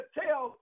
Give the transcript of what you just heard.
tell